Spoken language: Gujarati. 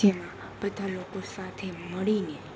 જ્યાં બધા લોકો સાથે મળીને